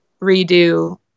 redo